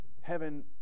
heaven